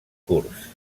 curs